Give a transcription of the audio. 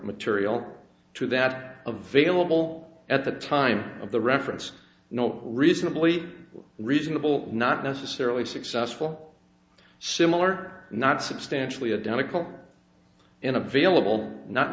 material to that a variable at the time of the reference not reasonably reasonable not necessarily successful similar not substantially identical in a